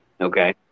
Okay